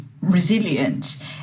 resilient